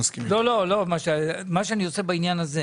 לא לדבר איתנו על מה שיהיה אחרי זה בתקציב.